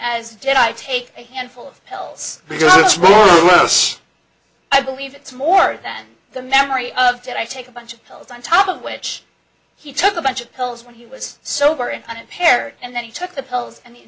as did i take a handful of pills because it's what i believe it's more than the memory of did i take a bunch of pills on top of which he took a bunch of pills when he was sober and paired and then he took the pills and the